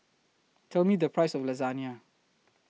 Tell Me The Price of Lasagne